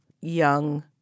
young